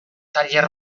tailer